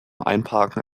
einparken